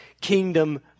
kingdom